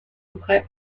aubrais